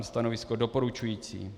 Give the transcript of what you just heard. Stanovisko doporučující.